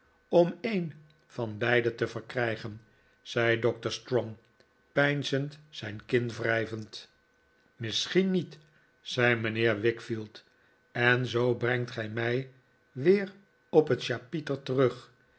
om een van beide te verkrijgen zei doctor strong peinzend zijn kin wrijvend misschien niet zei mijnheer wickfield en zoo brengt gij mij weer op het chapiter terug